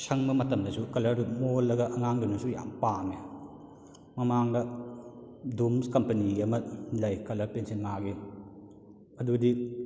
ꯁꯪꯕ ꯃꯇꯝꯗꯁꯨ ꯀꯂꯔꯗꯨ ꯃꯣꯜꯂꯒ ꯑꯉꯥꯡꯗꯨꯅꯁꯨ ꯌꯥꯝ ꯄꯥꯝꯃꯦ ꯃꯃꯥꯡꯗ ꯗꯨꯝꯁ ꯀꯝꯄꯦꯅꯤꯒꯤ ꯑꯃ ꯂꯩ ꯀꯂꯔ ꯄꯦꯟꯁꯤꯜ ꯃꯥꯒꯤ ꯑꯗꯨꯗꯤ